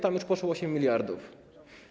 Tam już poszło 8 mld zł.